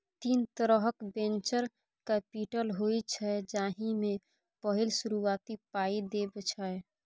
तीन तरहक venture capital होइ छै जाहि मे पहिल शुरुआती पाइ देब छै